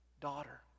daughter